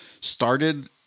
started